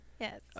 Yes